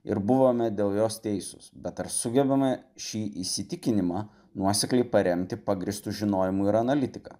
ir buvome dėl jos teisūs bet ar sugebame šį įsitikinimą nuosekliai paremti pagrįstu žinojimu ir analitika